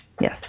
Yes